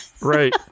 Right